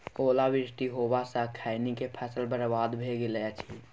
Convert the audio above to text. ओला वृष्टी होबा स खैनी के फसल बर्बाद भ गेल अछि?